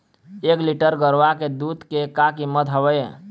एक लीटर गरवा के दूध के का कीमत हवए?